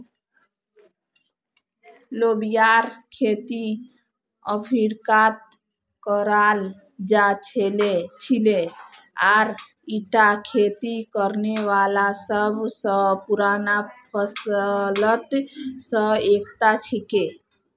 लोबियार खेती अफ्रीकात कराल जा छिले आर ईटा खेती करने वाला सब स पुराना फसलत स एकता छिके